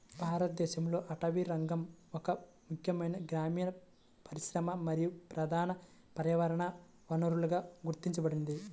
భారతదేశంలో అటవీరంగం ఒక ముఖ్యమైన గ్రామీణ పరిశ్రమ మరియు ప్రధాన పర్యావరణ వనరుగా గుర్తించబడింది